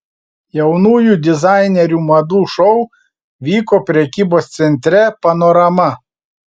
jaunųjų dizainerių madų šou vyko prekybos centre panorama